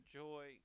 joy